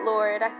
Lord